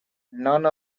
none